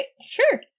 Sure